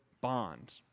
bond